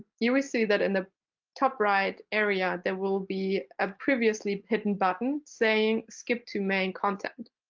you will see that in the top right area there will be a previously hidden button saying, skip to main content.